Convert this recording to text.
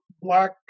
black